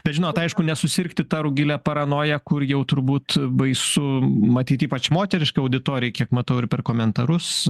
bet žinot aišku nesusirgti ta rugile paranoja kur jau turbūt baisu matyt ypač moteriškai auditorijai kiek matau ir per komentarus